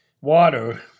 water